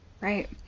right